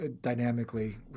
dynamically